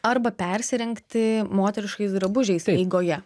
arba persirengti moteriškais drabužiais eigoje